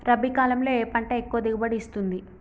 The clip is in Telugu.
రబీ కాలంలో ఏ పంట ఎక్కువ దిగుబడి ఇస్తుంది?